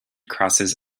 crosses